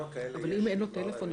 אבל אם אין לו טלפון,